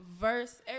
verse